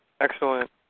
Excellent